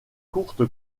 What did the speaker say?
courte